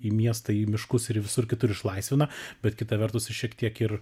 į miestą į miškus ir į visur kitur išlaisvina bet kita vertus šiek tiek ir